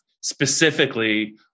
specifically